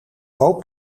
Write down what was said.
hoop